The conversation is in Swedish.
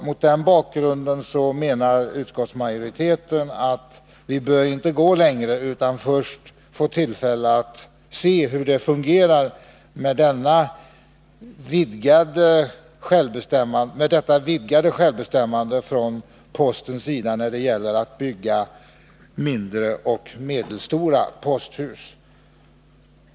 Mot den bakgrunden menar utskottsmajoriteten att vi bör inte gå längre utan först få tillfälle att se hur det fungerar med detta vidgade självbestämmande för postverket när det gäller att bygga mindre och medelstora posthus.